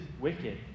wicked